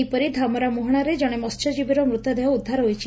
ସେହିପରି ଧାମରା ମୁହାଣରେ ଜଣେ ମହ୍ୟଜୀବୀର ମୁତଦେହ ଉଦ୍ଧାର ହୋଇଛି